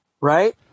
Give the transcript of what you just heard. right